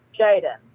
Jaden